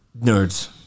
Nerds